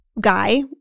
guy